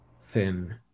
thin